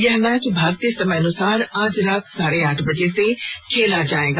यह मैच भारतीय समयानुसार आज रात साढ़े आठ बजे से खेला जाएगा